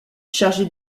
chargé